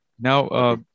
Now